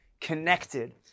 connected